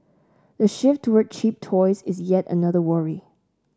the shift toward cheap toys is yet another worry